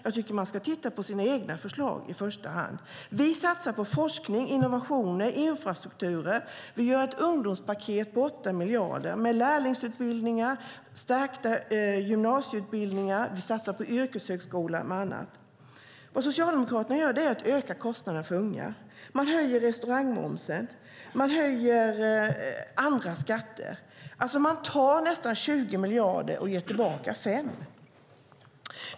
Jag tycker att man ska titta på sina egna förslag i första hand. Vi satsar på forskning, innovationer och infrastruktur. Vi gör ett ungdomspaket på 8 miljarder med lärlingsutbildningar och stärkta gymnasieutbildningar. Vi satsar på yrkeshögskolan och annat. Vad Socialdemokraterna gör är att öka kostnaden för unga. De höjer restaurangmomsen och andra skatter. De tar nästan 20 miljarder och ger tillbaka 5 miljarder.